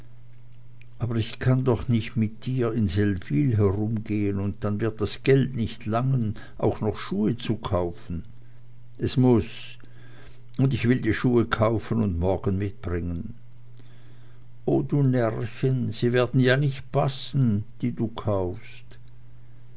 aber ich kann doch nicht mit dir in seldwyl herumgehen und dann wird das geld nicht langen auch noch schuhe zu kaufen es muß und ich will die schuhe kaufen und morgen mitbringen o du närrchen sie werden ja nicht passen die du kaufst